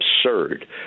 absurd